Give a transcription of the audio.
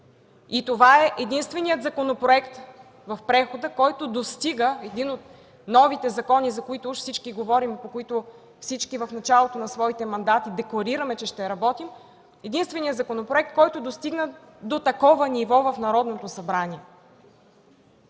Това е единственият законопроект в прехода – един от новите закони, за които уж всички говорим, по които всички в началото на своите мандати декларираме, че ще работим, който достигна до такова ниво в Народното събрание.